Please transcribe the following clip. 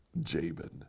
Jabin